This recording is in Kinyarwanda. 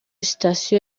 sitasiyo